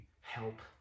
help